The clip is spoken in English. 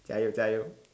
加油加油